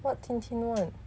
what 青青 [one]